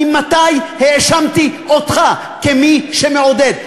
ממתי האשמתי אותך כמי שמעודד?